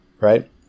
right